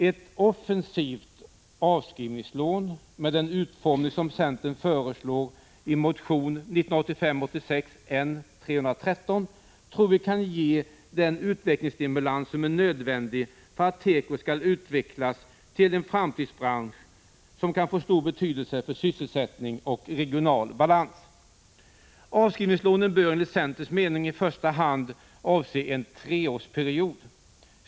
Ett offensivt avskrivningslån, med den utformning som centern föreslår i motion 1985/86:N313, tror vi kan ge den utvecklingsstimulans som är nödvändig för att teko skall utvecklas till en framtidsbransch, som kan få stor betydelse för sysselsättning och regional balans. Avskrivningslånen bör enligt centerns mening i första hand avse en treårsperiod.